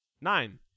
Nine